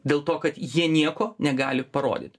dėl to kad jie nieko negali parodyt